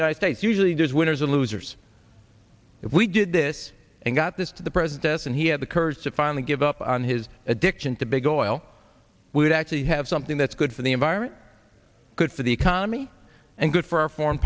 united states usually there's winners or losers if we did this and got this to the president and he had the courage to finally give up on his addiction to big oil we would actually have something that's good for the environment good for the economy and good for our foreign